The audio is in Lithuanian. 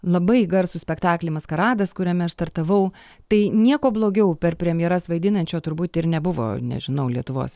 labai garsų spektaklį maskaradas kuriame aš startavau tai nieko blogiau per premjeras vaidinančio turbūt ir nebuvo nežinau lietuvos